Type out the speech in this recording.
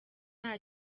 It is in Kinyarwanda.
nta